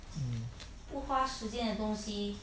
mm